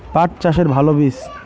পাঠ চাষের ভালো বীজ?